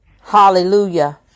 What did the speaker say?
Hallelujah